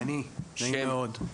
בבקשה.